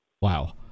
wow